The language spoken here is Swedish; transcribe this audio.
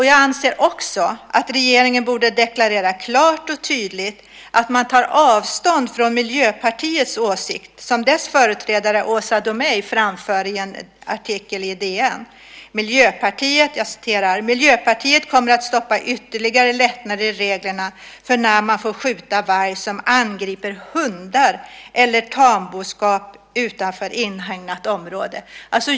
Jag anser också att regeringen klart och tydligt borde deklarera att man tar avstånd från Miljöpartiets åsikt som dess företrädare Åsa Domeij framför i en artikel i DN: Miljöpartiet kommer att stoppa ytterligare lättnader i reglerna för när man får skjuta varg som angriper hundar eller tamboskap utanför inhägnat område.